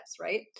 Right